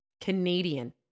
Canadian